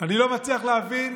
אני לא מצליח להבין